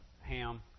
Ham